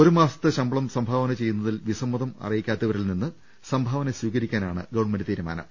ഒരു മാസശമ്പളം സംഭാവന ചെയ്യുന്നതിൽ വിസ അറിയിക്കാത്തവരിൽ നിന്ന് മ്മ ത ം സംഭാവന സ്വീകരിക്കാനാണ് ഗവൺമെന്റ് തീരുമാനം